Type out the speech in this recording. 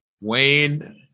Wayne